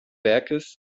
werkes